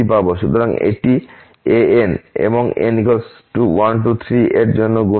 সুতরাং এটি an এবং n 123 এর জন্য গুণক